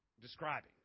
describing